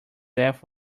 death